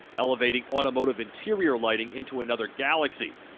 elevating automotive interior lighting into another galaxy.